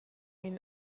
made